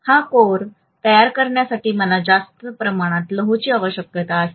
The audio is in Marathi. हा कोअर तयार करण्यासाठी मला जास्त प्रमाणात लोहाची आवश्यकता असेल